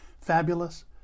fabulous